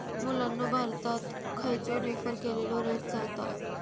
मुलांनो भारतात खयचो रेफर केलेलो रेट चलता?